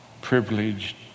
privileged